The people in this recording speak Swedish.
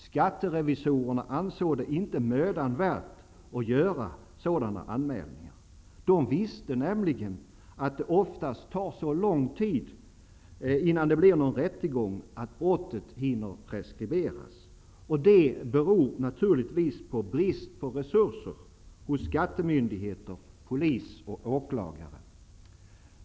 Skatterevisorerna ansåg det inte mödan värt att göra sådana anmälningar. De visste nämligen att det oftast tar så lång tid innan det blir någon rättegång att brottet hinner preskriberas, och det beror naturligtvis på brist på resurser hos skattemyndigheter, polis och åklagare.